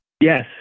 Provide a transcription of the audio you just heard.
Yes